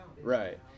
Right